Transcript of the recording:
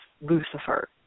Lucifer